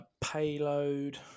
Payload